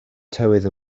tywydd